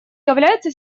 является